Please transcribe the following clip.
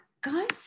Guys